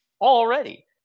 already